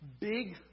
big